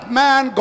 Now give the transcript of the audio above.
man